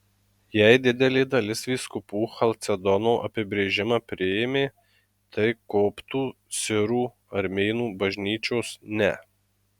jei didelė dalis vyskupų chalcedono apibrėžimą priėmė tai koptų sirų armėnų bažnyčios ne